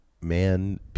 man